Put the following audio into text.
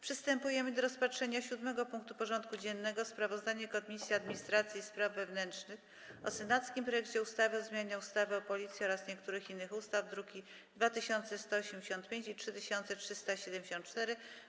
Przystępujemy do rozpatrzenia punktu 7. porządku dziennego: Sprawozdanie Komisji Administracji i Spraw Wewnętrznych o senackim projekcie ustawy o zmianie ustawy o Policji oraz niektórych innych ustaw (druki nr 2185 i 3374)